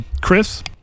chris